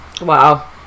Wow